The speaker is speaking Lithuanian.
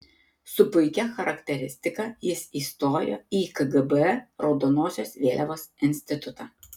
su puikia charakteristika jis įstojo į kgb raudonosios vėliavos institutą